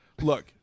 Look